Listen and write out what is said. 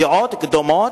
דעות קדומות,